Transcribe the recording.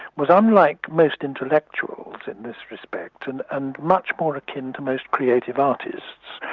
was unlike most intellectuals in this respect and and much more akin to most creative artists.